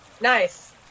Nice